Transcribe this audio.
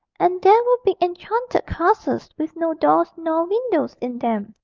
and there were big enchanted castles with no doors nor windows in them,